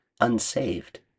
unsaved